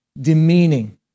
demeaning